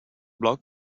bloc